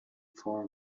for